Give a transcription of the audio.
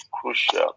crucial